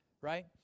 right